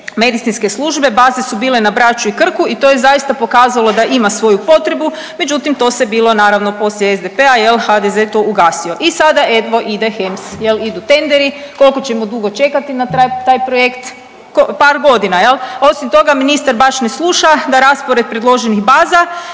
medicinske službe, baze su bile na Braču i Krku i to je zaista pokazalo da ima svoju potrebu, međutim to se bilo naravno poslije SDP-a HDZ je to ugasio. I sada eto ide HEMS idu tenderi, kolko ćemo dugo čekati na taj projekt? Par godina jel, osim toga ministar baš ne sluša da raspored predloženih baza